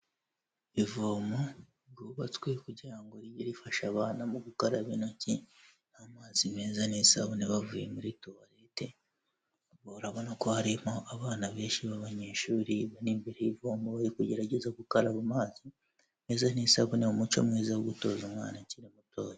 Ivomo ryubatswe kugira rijye rifasha abana mu gukaraba intoki n'amazi meza, n'isabune bavuye muri tuwarete, urabona ko harimo abana benshi b'abanyeshuri bari imbere y'ivomo kugerageza gukaraba amazi meza n'isabune, umuco mwiza wo gutoza umwana akiri mutoya.